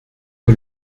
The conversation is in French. que